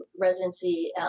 residency